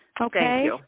Okay